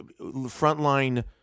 frontline